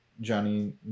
Johnny